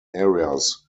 areas